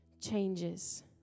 changes